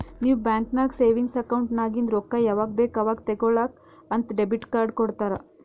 ನೀವ್ ಬ್ಯಾಂಕ್ ನಾಗ್ savings account ನಾಗಿಂದ್ ರೊಕ್ಕಾ ಯಾವಾಗ್ ಬೇಕ್ ಅವಾಗ್ ತೇಕೊಳಾಕ್ ಅಂತ್ ಡೆಬಿಟ್ ಕಾರ್ಡ್ ಕೊಡ್ತಾರ